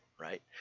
right